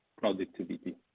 productivity